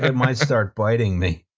and might start biting me.